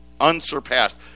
Unsurpassed